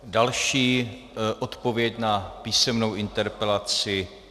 Další odpověď na písemnou interpelaci.